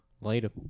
Later